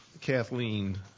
Kathleen